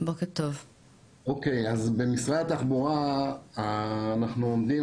אז במשרד התחבורה אנחנו עומדים